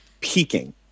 peaking